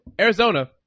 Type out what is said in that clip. Arizona